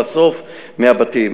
לאסוף מהבתים.